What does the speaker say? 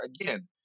again